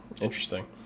Interesting